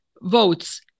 votes